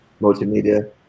multimedia